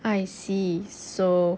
I see so